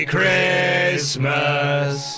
Christmas